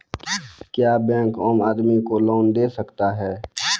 क्या बैंक आम आदमी को लोन दे सकता हैं?